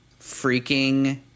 freaking